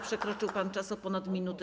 Przekroczył pan czas o ponad minutę.